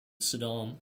saddam